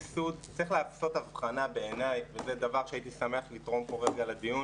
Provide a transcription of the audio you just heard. צריך לעשות הבחנה בעיניי וזה דבר שהייתי שמח לתרום פה לדיון